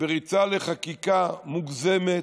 בריצה לחקיקה מוגזמת,